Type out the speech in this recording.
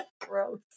Gross